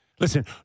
Listen